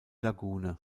lagune